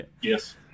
Yes